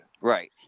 Right